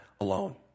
alone